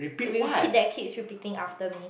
if you keep that keeps repeating after me